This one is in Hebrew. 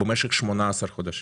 במשך 18 חודשים.